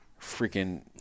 freaking